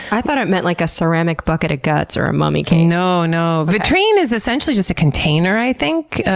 i thought it meant like a ceramic bucket of guts or a mummy case. no, no. vitrine is essentially just a container, i think.